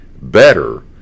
Better